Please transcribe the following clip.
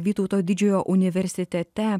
vytauto didžiojo universitete